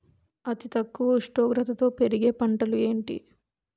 అతి తక్కువ ఉష్ణోగ్రతలో పెరిగే పంటలు ఏంటి?